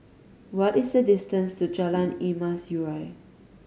what is the distance to Jalan Emas Urai